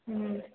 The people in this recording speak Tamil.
ம்